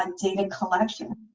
um data collection